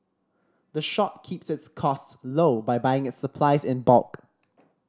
the shop keeps its costs low by buying its supplies in bulk